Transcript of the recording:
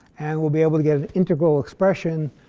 and we'll be able to get an integral expression